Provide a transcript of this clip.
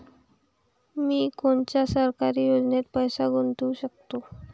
मी कोनच्या सरकारी योजनेत पैसा गुतवू शकतो?